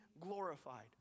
glorified